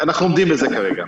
אנחנו לומדים את זה כרגע.